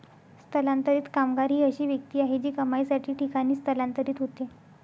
स्थलांतरित कामगार ही अशी व्यक्ती आहे जी कमाईसाठी ठिकाणी स्थलांतरित होते